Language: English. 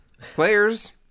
Players